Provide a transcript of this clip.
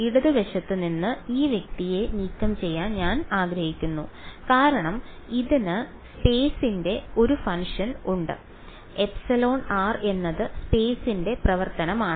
ഇടത് വശത്ത് നിന്ന് ഈ വ്യക്തിയെ നീക്കംചെയ്യാൻ ഞാൻ ആഗ്രഹിക്കുന്നു കാരണം ഇതിന് സ്പെയ്സിന്റെ ഒരു ഫംഗ്ഷൻ ഉണ്ട് εr എന്നത് സ്പെയ്സിന്റെ പ്രവർത്തനമാണ്